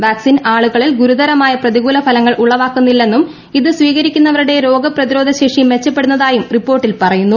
vaccine ആളുകളിൽ ഗുരുതരമായ പ്രതികൂല ഫലങ്ങൾ ഉളവാക്കുന്നില്ലെന്നും ഇത് സ്വീകരിക്കുന്നവരുടെ രോഗ പ്രതിരോധ ശേഷി മെച്ചപ്പെടുന്നതായും റിപ്പോർട്ടിൽ പറയുന്നു